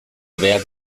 hobeak